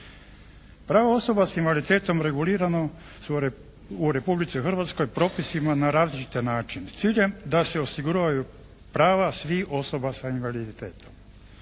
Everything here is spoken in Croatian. Prava osoba s invaliditetom regulirana su u Republici Hrvatskoj propisima na različite načine s ciljem da se osiguraju prava svih osoba sa invaliditetom.